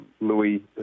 Louis